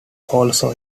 also